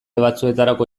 batzuetarako